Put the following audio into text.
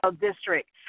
district